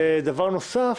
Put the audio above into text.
דבר נוסף,